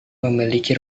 memiliki